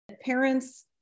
Parents